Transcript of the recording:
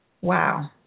Wow